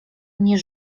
nie